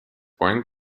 point